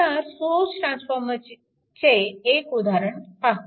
आता सोर्स ट्रान्सफॉर्मेशनचे एक उदाहरण पाहू